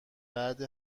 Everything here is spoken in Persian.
بعد